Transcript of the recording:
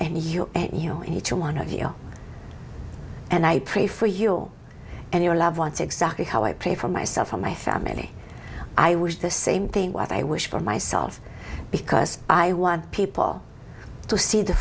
know each one of you and i pray for you and your loved ones exactly how i pray for myself and my family i wish the same thing what i wish for myself because i want people to see the